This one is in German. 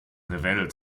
revell